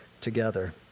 together